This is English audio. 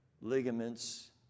ligaments